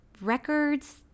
records